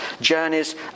journeys